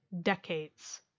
decades